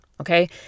Okay